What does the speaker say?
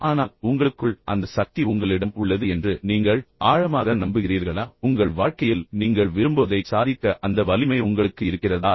ஆனால் உங்களுக்குள் அந்த சக்தி உங்களிடம் உள்ளது என்று நீங்கள் ஆழமாக நம்புகிறீர்களா உங்கள் வாழ்க்கையில் நீங்கள் விரும்புவதைச் சாதிக்க அந்த வலிமை உங்களுக்கு இருக்கிறதா